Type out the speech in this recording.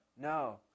No